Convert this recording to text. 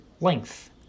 length